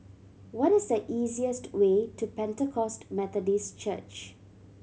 what is the easiest way to Pentecost Methodist Church